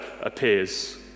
appears